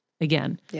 again